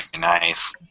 nice